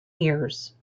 ears